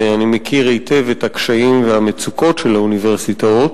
ואני מכיר היטב את הקשיים ואת המצוקות של האוניברסיטאות,